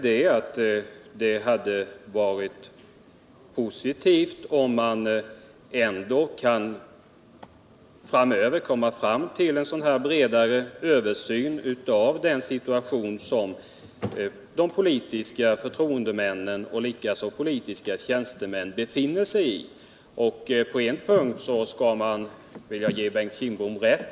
Det är positivt om man ändå framöver kan komma fram till en sådan här bredare översyn av den situation som de politiska förtroendemännen, och likaså de politiska tjänstemännen, befinner sig i. På en punkt vill jag ge Bengt Kindbom rätt.